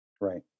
Right